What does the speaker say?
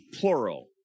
plural